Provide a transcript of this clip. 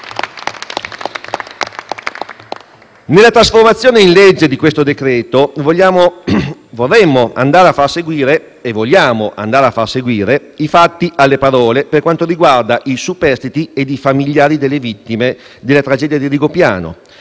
Nella trasformazione in legge di questo decreto-legge, vorremmo (e vogliamo) andare a far seguire i fatti alle parole per quanto riguarda i superstiti ed i familiari delle vittime della tragedia di Rigopiano,